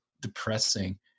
depressing